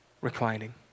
reclining